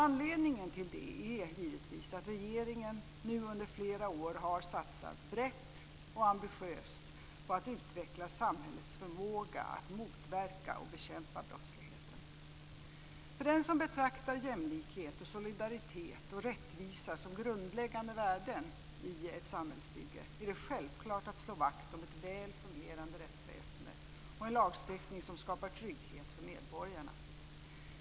Anledningen till det är givetvis att regeringen nu under flera år har satsat brett och ambitiöst på att utveckla samhällets förmåga att motverka och bekämpa brottsligheten. För den som betraktar jämlikhet, solidaritet och rättvisa som grundläggande värden i ett samhällsbygge är det självklart att slå vakt om ett väl fungerande rättsväsende och en lagstiftning som skapar trygghet för medborgarna.